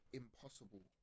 impossible